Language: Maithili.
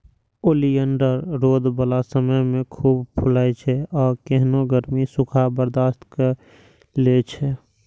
ओलियंडर रौद बला समय मे खूब फुलाइ छै आ केहनो गर्मी, सूखा बर्दाश्त कए लै छै